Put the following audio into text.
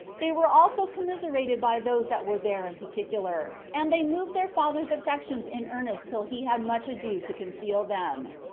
they were also commiserated by those that were there in particular and they moved their father's affections in earnest till he had much ado to conceal them.